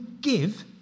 give